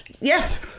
yes